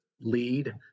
lead